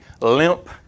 limp